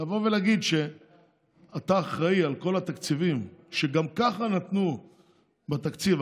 לבוא ולהגיד שאתה אחראי לכל התקציבים שגם כך נתנו בתקציב,